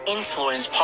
Influence